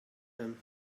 him